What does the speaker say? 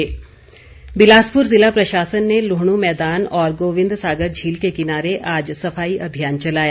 स्वच्छता बिलासपुर ज़िला प्रशासन ने लुहणू मैदान और गोविंद सागर झील के किनारे आज सफाई अभियान चलाया